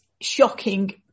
shocking